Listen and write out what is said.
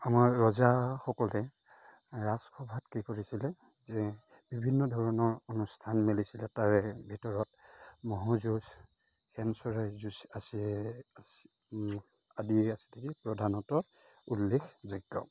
আমাৰ ৰজাসকলে ৰাজসভাত কি কৰিছিলে যে বিভিন্ন ধৰণৰ অনুষ্ঠান মেলিছিলে তাৰে ভিতৰত ম'হৰ যুঁজ শেন চৰাইৰ যুঁজ আছে আছে আদি আছিলে প্ৰধানত উল্লেখযোগ্য